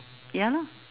ya lor